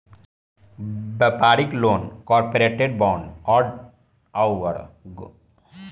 व्यापारिक loan corporate bond आउर government guarantee के आधार पर दिहल जाला